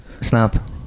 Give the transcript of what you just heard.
snap